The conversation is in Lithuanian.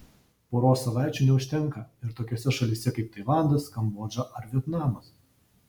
poros savaičių neužtenka ir tokiose šalyse kaip tailandas kambodža ar vietnamas